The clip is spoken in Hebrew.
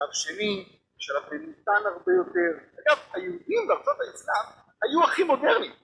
תרשימים שלכם ניתן הרבה יותר, אגב היהודים בארצות האיסלאם היו הכי מודרניים